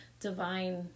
divine